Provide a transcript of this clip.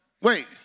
wait